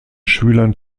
schülern